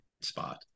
spot